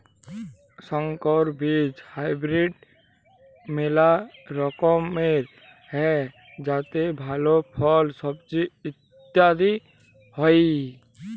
সংকর বীজ হাইব্রিড মেলা রকমের হ্যয় যাতে ভাল ফল, সবজি ইত্যাদি হ্য়য়